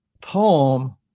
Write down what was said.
poem